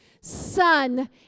Son